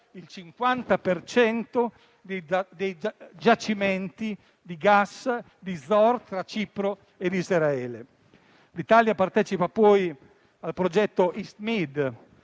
cento dei giacimenti di gas tra Cipro e Israele. L'Italia partecipa poi al progetto EastMed,